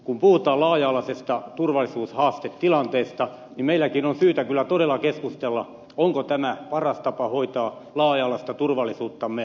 kun puhutaan laaja alaisesta turvallisuushaastetilanteesta niin meilläkin on syytä kyllä todella keskustella onko tämä nykyinen malli paras tapa hoitaa laaja alaista turvallisuuttamme